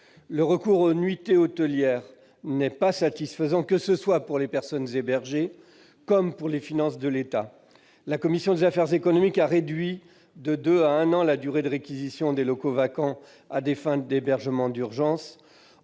Le recours aux nuitées hôtelières n'est pas satisfaisant, pour les personnes hébergées comme pour les finances de l'État. La commission des affaires économiques du Sénat a réduit de deux à un an la durée de réquisition des locaux vacants à des fins d'hébergement d'urgence.